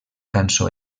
cançó